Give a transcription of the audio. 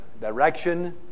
direction